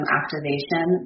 activation